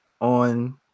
on